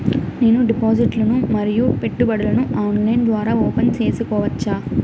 నేను డిపాజిట్లు ను మరియు పెట్టుబడులను ఆన్లైన్ ద్వారా ఓపెన్ సేసుకోవచ్చా?